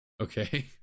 Okay